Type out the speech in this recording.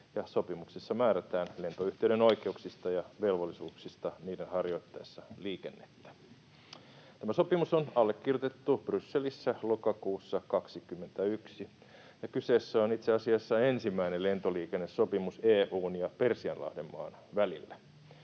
Sopimuksessa määrätään lentoyhtiöiden oikeuksista ja velvollisuuksista niiden harjoittaessa liikennettä. Tämä sopimus on allekirjoitettu Brysselissä lokakuussa 21, ja kyseessä on itse asiassa ensimmäinen lentoliikennesopimus EU:n ja Persianlahden maan välillä: